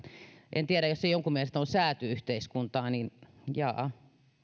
en tiedä jos se jonkun mielestä on sääty yhteiskuntaa niin jaa a